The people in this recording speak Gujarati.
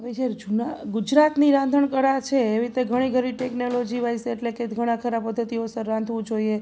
હવે જ્યારે જૂના ગુજરાતની રાંધણ કળા છે એવી રીતે ઘણી ખરી ટેકનોલોજી વાઈઝ એટલે કે ઘણાં ખરાં પદ્ધતિઓસર રાંધવું જોઈએ